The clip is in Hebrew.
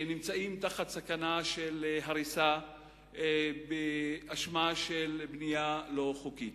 שנמצאים בסכנה של הריסה באשמה של בנייה לא חוקית.